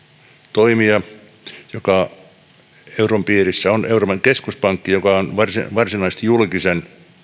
toimija joka euron piirissä on on euroopan keskuspankki joka on varsinaisesti julkisen